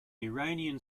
iranian